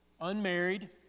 unmarried